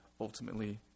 ultimately